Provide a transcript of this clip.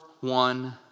one